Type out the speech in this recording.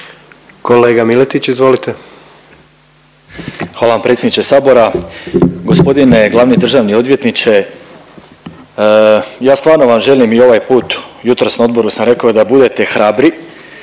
**Miletić, Marin (MOST)** Hvala vam predsjedniče sabora. Gospodine glavni državni odvjetniče ja stvarno vam želim i ovaj put, jutros na odboru sam rekao da budete hrabri